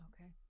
okay